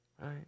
Right